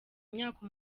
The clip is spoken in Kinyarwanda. imyaka